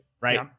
right